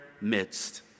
midst